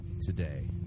today